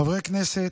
חברי כנסת,